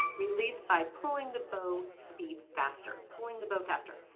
release by pulling the bow speed faster, pulling the bow faster.